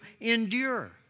endure